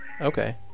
okay